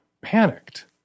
panicked